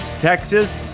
Texas